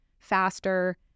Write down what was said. faster